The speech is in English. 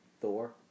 Thor